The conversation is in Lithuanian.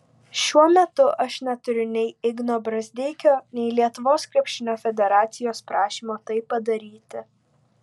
šiuo metu aš neturiu nei igno brazdeikio nei lietuvos krepšinio federacijos prašymo tai padaryti